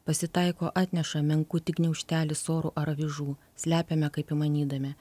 pasitaiko atneša menkutį gniaužtelį sorų ar avižų slepiame kaip įmanydami